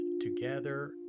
together